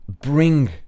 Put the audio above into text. bring